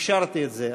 אפשרתי את זה.